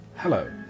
Hello